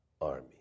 army